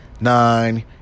nine